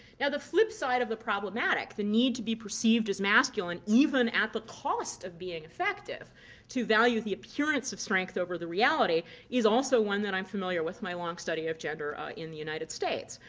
now the flip side of the problematic the need to be perceived as masculine even at the cost of being effective to value the appearance of strength over the reality is also one that i'm familiar with my long study of gender ah in the united states.